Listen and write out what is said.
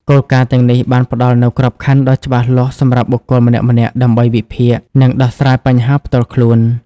គោលការណ៍ទាំងនេះបានផ្ដល់នូវក្របខណ្ឌដ៏ច្បាស់លាស់សម្រាប់បុគ្គលម្នាក់ៗដើម្បីវិភាគ និងដោះស្រាយបញ្ហាផ្ទាល់ខ្លួន។